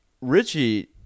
Richie